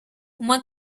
uma